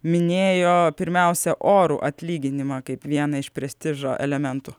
minėjo pirmiausia orų atlyginimą kaip vieną iš prestižo elementų